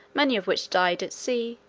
many of which died at sea,